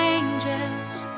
angels